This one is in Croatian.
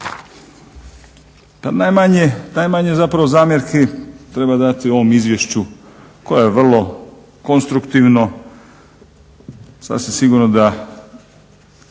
najmanje zapravo zamjerki treba dati ovom izvješću koje je vrlo konstruktivno, sasvim sigurno da